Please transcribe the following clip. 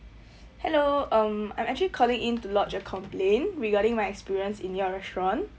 hello um I'm actually calling in to lodge a complaint regarding my experience in your restaurant